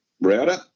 router